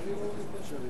בבקשה.